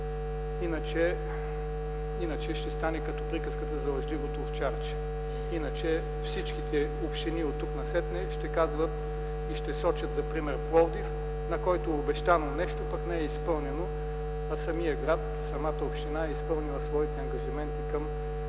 Иначе ще стане като приказката за лъжливото овчарче, иначе всички общини оттук насетне ще казват и ще сочат за пример Пловдив, на който е обещано нещо, а не е изпълнено, а самият град, самата община е изпълнила ангажиментите